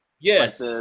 Yes